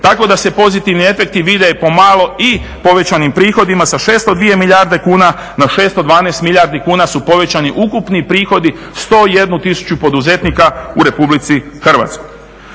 tako da se pozitivni efekti vide pomalo i povećanim prihodima. Sa 602 milijarde kuna na 612 milijardi kuna su povećani ukupni prihodi 101 000 poduzetnika u Republici Hrvatskoj.